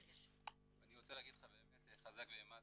אני רוצה להגיד לך חזק ואמץ,